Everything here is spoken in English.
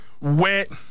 wet